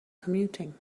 commuting